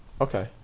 Okay